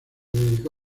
dedicó